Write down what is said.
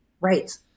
Right